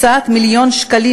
קבלת מיליון שקלים